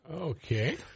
Okay